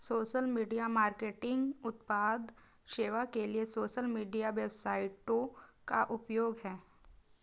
social media marketing उत्पाद सेवा के लिए सोशल मीडिया वेबसाइटों का उपयोग है